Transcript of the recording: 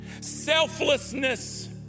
Selflessness